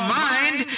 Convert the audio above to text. mind